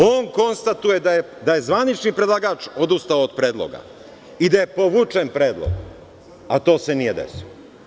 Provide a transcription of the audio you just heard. On konstatuje da je zvanični predlagač odustao od predloga i da je povučen predlog, a to se nije desilo.